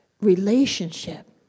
relationship